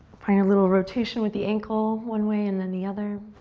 putting a little rotation with the ankle one way and then the other.